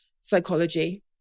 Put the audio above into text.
psychology